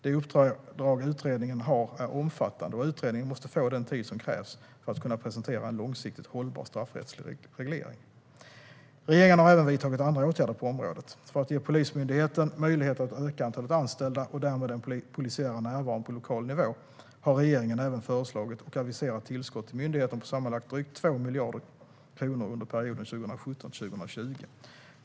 Det uppdrag utredningen har är omfattande, och utredningen måste få den tid som krävs för att kunna presentera en långsiktigt hållbar straffrättslig reglering. Regeringen har även vidtagit andra åtgärder på området. För att ge Polismyndigheten möjlighet att öka antalet anställda och därmed den polisiära närvaron på lokal nivå har regeringen även föreslagit och aviserat tillskott till myndigheten på sammanlagt drygt två miljarder kronor under perioden 2017-2020.